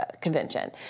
Convention